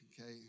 okay